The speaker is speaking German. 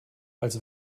als